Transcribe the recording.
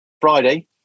Friday